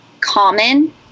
common